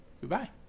Goodbye